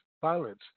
violence